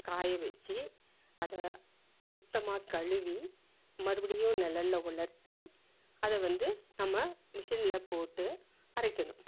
காய வெச்சு அதை சுத்தமாக கழுவி மறுபடியும் நெழல்ல உலர்த்தி அதை வந்து நம்ம மிஷினில் போட்டு அரைக்கணும்